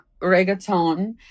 reggaeton